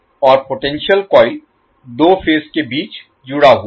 और potential coil दो phase के बीच जुड़ा हुआ है